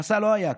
המסע לא היה קל,